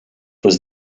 was